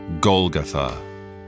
Golgotha